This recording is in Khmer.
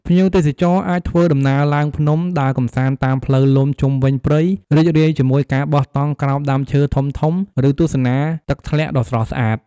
ភ្ញៀវទេសចរណ៍អាចធ្វើដំណើរឡើងភ្នំ ដើរកម្សាន្តតាមផ្លូវលំជុំវិញព្រៃ រីករាយជាមួយការបោះតង់ក្រោមដើមឈើធំៗ ឬទស្សនាទឹកធ្លាក់ដ៏ស្រស់ស្អាត។